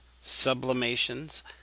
sublimations